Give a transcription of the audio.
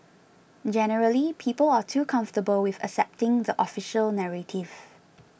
generally people are too comfortable with accepting the official narrative